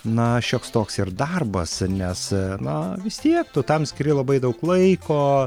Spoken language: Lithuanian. na šioks toks ir darbas nes na vis tiek tu tam skiri labai daug laiko